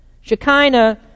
Shekinah